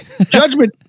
judgment